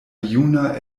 juna